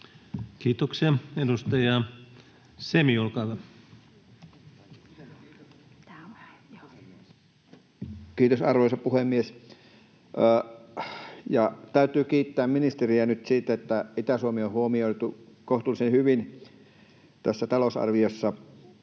Time: 16:17 Content: Kiitos, arvoisa puhemies! Täytyy kiittää ministeriä nyt siitä, että Itä-Suomi on huomioitu kohtuullisen hyvin tässä talousarviossa.